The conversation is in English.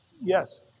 Yes